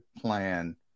plan